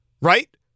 right